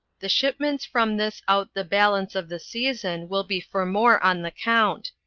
the shipments from this out the balance of the season will be for more on the count.